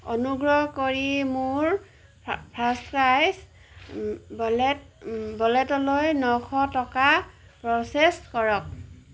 অনুগ্ৰহ কৰি মোৰ ফাৰ্ষ্টক্ৰাই ৱালেট ৱালেটলৈ নশ টকা প্ৰ'চেছ কৰক